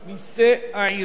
מסי העירייה